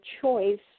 choice